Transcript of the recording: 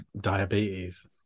diabetes